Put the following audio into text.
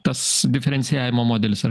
tas diferencijavimo modelis